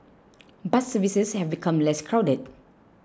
bus services have become less crowded